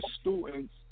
students